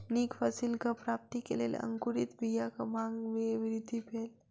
नीक फसिलक प्राप्ति के लेल अंकुरित बीयाक मांग में वृद्धि भेल